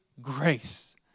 grace